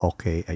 Okay